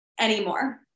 anymore